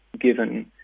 given